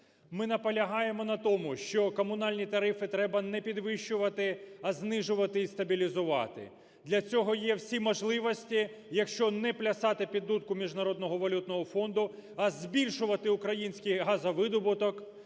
Ми наполягаємо на тому, що комунальні тарифи треба не підвищувати, а знижувати і стабілізувати. Для цього є всі можливості, якщо неплясати під дудку Міжнародного валютного фонду, а збільшувати український газовидобуток,